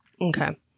Okay